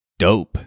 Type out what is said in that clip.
Dope